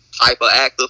hyperactive